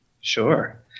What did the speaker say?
Sure